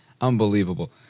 Unbelievable